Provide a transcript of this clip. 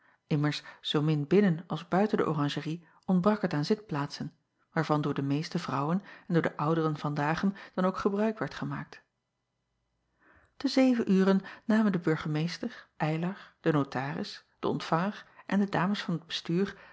immers zoomin binnen als buiten de oranjerie ontbrak het aan zitplaatsen waarvan door de meeste vrouwen en door de ouderen van dagen dan ook gebruik werd gemaakt e zeven uren namen de burgemeester ylar de notaris de ontvanger en de ames van het estuur